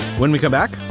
when we come back,